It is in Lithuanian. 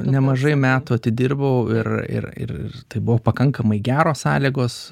nemažai metų atidirbau ir ir ir tai buvo pakankamai geros sąlygos